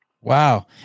Wow